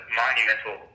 monumental